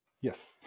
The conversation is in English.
Yes